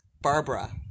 Barbara